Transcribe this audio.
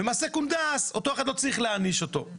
ועל מעשה קונדס לא צריך להעניש את אותו אחד.